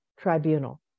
tribunal